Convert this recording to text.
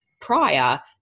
prior